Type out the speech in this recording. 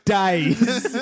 days